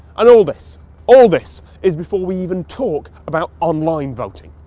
and all this all this is before we even talk about online voting.